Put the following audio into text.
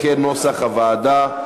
כנוסח הוועדה.